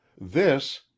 This